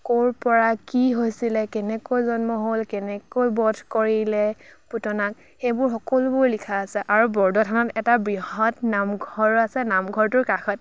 ক'ৰ পৰা কি হৈছিলে কেনেকৈ জন্ম হ'ল কেনেকৈ বধ কৰিলে পুতনাক সেইবোৰ সকলোবোৰ লিখা আছে আৰু বৰদোৱা থানত এটা বৃহৎ নামঘৰো আছে নামঘৰটোৰ কাষত